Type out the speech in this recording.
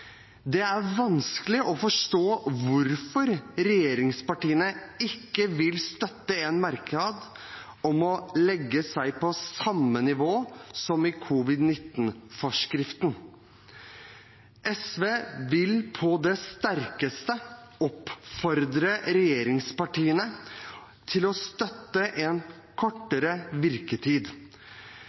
Det er vanskelig å forstå hvorfor regjeringspartiene ikke vil støtte en merknad om å legge seg på samme nivå som i covid-19-forskriften. SV vil på det sterkeste oppfordre regjeringspartiene til å støtte en kortere virketid.